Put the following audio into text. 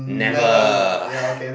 never